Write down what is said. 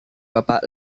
bapak